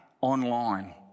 online